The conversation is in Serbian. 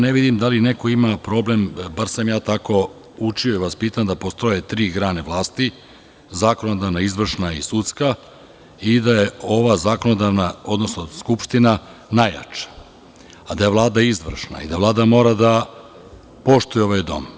Ne vidim da li neko ima problem, bar sam ja tako učio i vaspitan da postoje tri grane vlasti: zakonodavna, izvršna i sudska, i da je ova zakonodavna, odnosno skupština najjača, a da je Vlada izvršna i da Vlada mora da poštuje ovaj Dom.